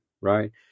right